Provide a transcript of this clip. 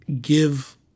give